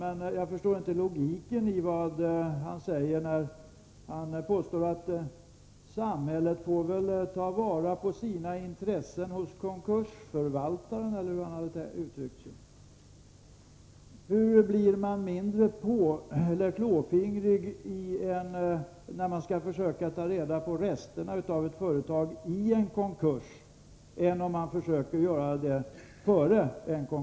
Men jag förstår inte logiken när han påstår att samhället får ta vara på sina intressen hos konkursförvaltaren, eller hur han uttryckte det. Hur blir man mindre klåfingrig när man skall försöka ta reda på resterna av ett företag i en konkurs än om man försöker göra det före konkursen?